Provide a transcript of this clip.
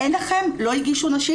לא הגישו נשים,